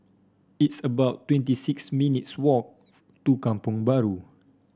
it's about twenty six minutes' walk to Kampong Bahru